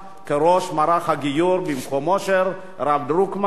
כראש מערך הגיור במקומו של הרב דרוקמן,